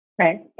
Right